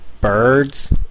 birds